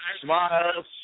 smiles